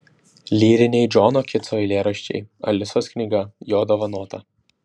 lyriniai džono kitso eilėraščiai alisos knyga jo dovanota